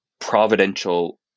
providential